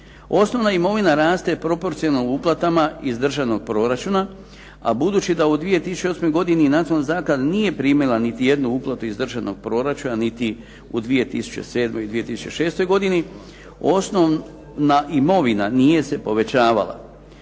Osnovna imovina raste proporcionalno uplatama iz državnog proračuna, a budući da u 2008. godini nacionalna zaklada nije primili niti jednu uplatu iz državnog proračuna, niti u 2007. i 2006. godini osnovna imovina nije se povećavala.